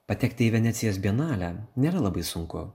patekti į venecijos bienalę nėra labai sunku